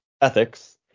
ethics